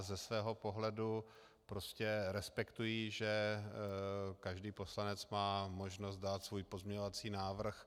Ze svého pohledu prostě respektuji, že každý poslanec má možnost dát svůj pozměňovací návrh.